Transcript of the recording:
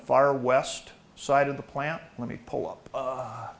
far west side of the plant let me pull up